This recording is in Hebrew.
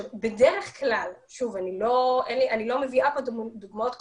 בדרך כלל אני לא מביאה פה דוגמאות קונקרטיות,